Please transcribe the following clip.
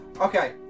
okay